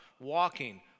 walking